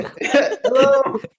Hello